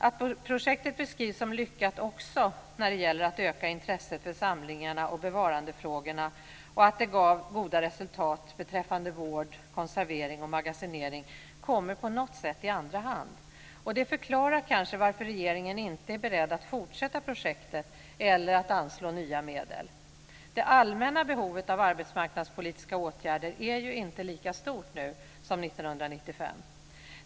Att projektet beskrivs som lyckat också när det gäller att öka intresset för samlingarna och bevarandefrågorna och att det gav goda resultat beträffande vård, konservering och magasinering kommer på något sätt i andra hand. Det förklarar kanske varför regeringen inte är beredd att fortsätta projektet eller att anslå nya medel. Det allmänna behovet av arbetsmarknadspolitiska åtgärder är ju inte lika stort nu som 1995.